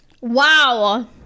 Wow